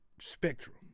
spectrum